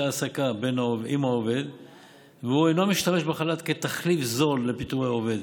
העסקה עם העובד והוא אינו משתמש בחל"ת כתחליף זול לפיטורי העובד.